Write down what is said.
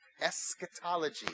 Eschatology